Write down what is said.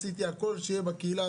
עשיתי הכול שיהיה בקהילה,